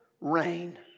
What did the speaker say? rain